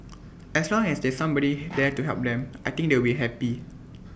as long as there's somebody there to help them I think they will be happy